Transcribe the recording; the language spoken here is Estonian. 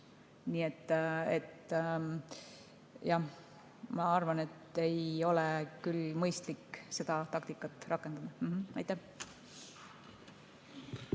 Nii et jah, ma arvan, et ei ole küll mõistlik seda taktikat rakendada. Riina